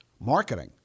Marketing